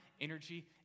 energy